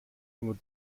nur